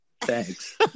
thanks